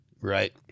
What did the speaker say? Right